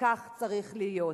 וכך צריך להיות.